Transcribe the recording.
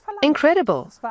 Incredible